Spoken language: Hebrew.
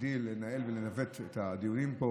שתדעי לנהל ולנווט את הדיונים פה